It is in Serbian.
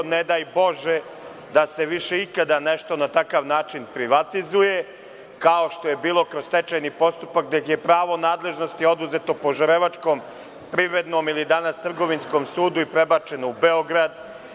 Ne daj Bože da se više ikada nešto na takav način privatizuje, kao što je bilo kroz stečajni postupak gde je pravo nadležnosti oduzeto Požarevačkom privrednom ili danas Trgovinskom sudu i prebačeno u Beograd.